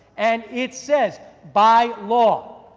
and it says, by law,